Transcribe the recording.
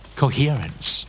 coherence